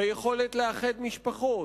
ביכולת לאחד משפחות,